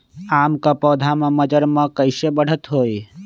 आम क पौधा म मजर म कैसे बढ़त होई?